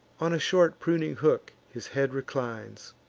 on a short pruning hook his head reclines,